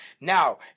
Now